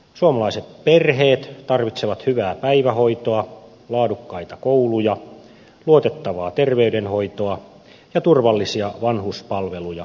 suomalaiset perheet tarvitsevat hyvää päivähoitoa laadukkaita kouluja luotettavaa terveydenhoitoa ja turvallisia vanhuspalveluja joka päivä